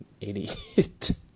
idiot